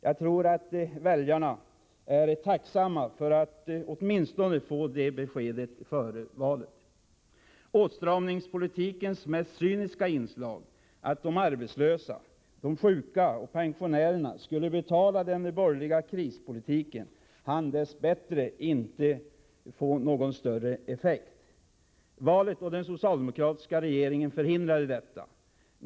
Jag tror att väljarna är tacksamma för att få det beskedet före valet. Åtstramningspolitikens mest cyniska inslag — att de arbetslösa, de sjuka och pensionärerna skulle betala den borgerliga krispolitiken — hann dess bättre inte få någon större effekt. Valet och den socialdemokratiska regeringen förhindrade detta.